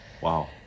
Wow